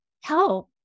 help